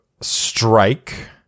strike